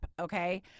okay